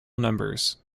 numbers